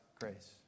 grace